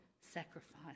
sacrifice